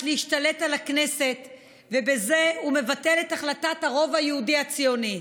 להשתלט על הכנסת ובזה הוא מבטל את החלטת הרוב היהודי הציוני.